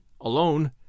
alone